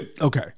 Okay